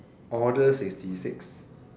order sixty six